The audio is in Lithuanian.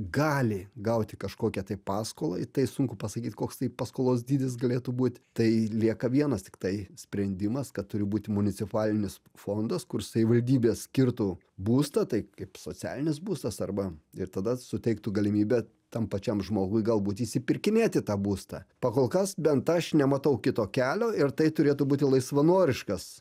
gali gauti kažkokią tai paskolą tai sunku pasakyt koks tai paskolos dydis galėtų būti tai lieka vienas tiktai sprendimas kad turi būti municipalinis fondas kur savivaldybė skirtų būstą tai kaip socialinis būstas arba ir tada suteiktų galimybę tam pačiam žmogui galbūt išsipirkinėti tą būstą pakolkas bent aš nematau kito kelio ir tai turėtų būti laisvanoriškas